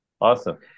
Awesome